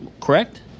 correct